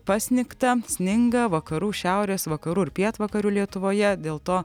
pasnigta sninga vakarų šiaurės vakarų ir pietvakarių lietuvoje dėl to